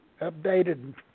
updated